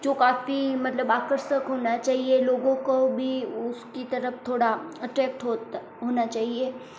जो काफ़ी मतलब आकर्षक होना चाहिए लोगों को भी उसकी तरफ थोड़ा अट्रेक्ट होना चाहिए